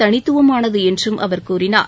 தனித்துவமானது என்றும் அவர் கூறினார்